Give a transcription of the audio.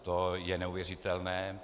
To je neuvěřitelné.